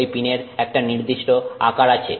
ঐ পিনের একটা নির্দিষ্ট আকার থাকে